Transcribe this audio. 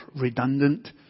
redundant